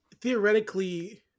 theoretically